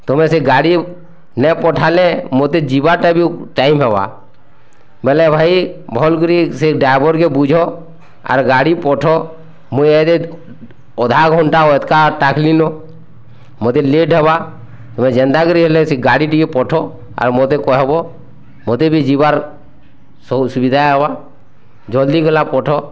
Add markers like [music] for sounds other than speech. ତମେ ସେ ଗାଡ଼ି ନେଇଁ ପାଠଲେ ମୋତେ ଯିବାଟା ବି ଟାଇମ୍ ହେବା ବେଲେ ଭାଇ୍ ଭଲ୍ କରି ସେ ଡ଼ାଭର୍ କେ ବୁଝ ଆର୍ ଗାଡ଼ି ପଠ ମୁଁ [unintelligible] ଅଧା ଘଣ୍ଟା ଅଟକା [unintelligible] ମୋତେ ଲେଟ୍ ହେବା ମୁଁ ଯେନ୍ତା କରି ହେଲେ ସେ ଗାଡ଼ି ଟିକେ ପଠ ଆଉ ମତେ କହବ୍ ମତେବି ଯିବାର୍ ସବୁ ସୁବିଧା ହେବା ଜଲ୍ଦି ଗଲା ପଠ